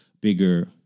bigger